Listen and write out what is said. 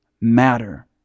matter